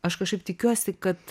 aš kažkaip tikiuosi kad